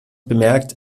bemerkt